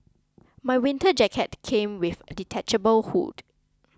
my winter jacket came with a detachable hood